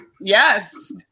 yes